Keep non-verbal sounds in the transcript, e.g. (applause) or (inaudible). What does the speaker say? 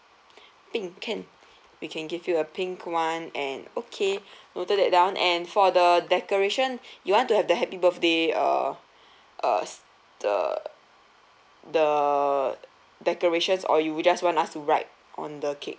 (breath) pink can we can give you a pink one and okay (breath) noted that down and for the decoration you want to have the happy birthday uh uh the the decorations or you would just want us to write on the cake